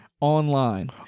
Online